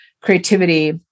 creativity